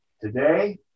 Today